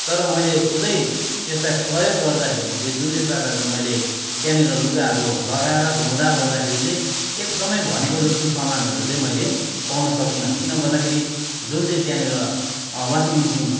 तर मैले खुदै त्यसलाई प्रयोग गर्दाखेरि चाहिँ जुन चाहिँ प्रकारको मैले त्यहाँनिर लुगाहरू लगाएर धुँदा ओर्दाखेरि चाहिँ एकदमै भनेको जस्तो सामानहरू चाहिँ मैले पाउन सकिनँ किन भन्दाखेरि जुन चाहिँ त्यहाँनिर वासिङ मिसिन